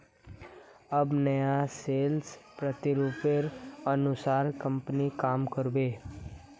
अब नया सेल्स प्रतिरूपेर अनुसार कंपनी काम कर बे